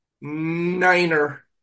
Niner